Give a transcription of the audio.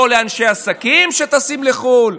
לא לאנשי עסקים שטסים לחו"ל,